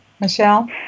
Michelle